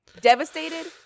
Devastated